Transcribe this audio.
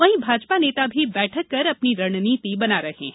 वहीं भाजपा नेता भी बैठक कर अपनी रणनीति बना रहे हैं